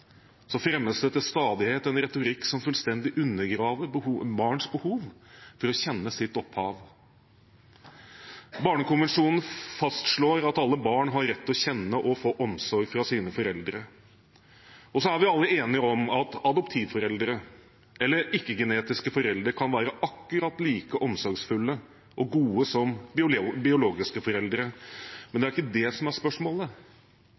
Så er vi alle enige om at adoptivforeldre eller ikke-genetiske foreldre kan være akkurat like omsorgsfulle og gode som biologiske foreldre. Men det er ikke det som er spørsmålet.